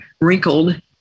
wrinkled